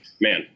Man